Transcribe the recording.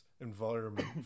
environment